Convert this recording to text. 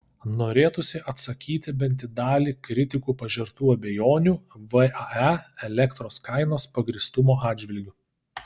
norėtųsi atsakyti bent į dalį kritikų pažertų abejonių vae elektros kainos pagrįstumo atžvilgiu